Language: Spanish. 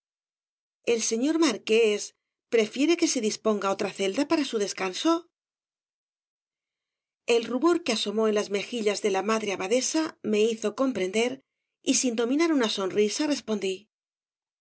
el señor marqués prefiere que se disponga otra celda para su descanso el rubor que asomó en las mejillas de la madre abadesa me hizo comprender y sin dominar una sonrisa respondí